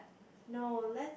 no let's